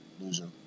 Loser